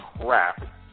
crap